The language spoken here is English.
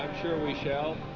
sure we shall,